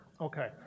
Okay